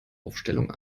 aufstellung